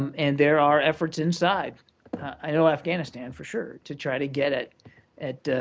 um and there are efforts inside i know afghanistan for sure to try to get at at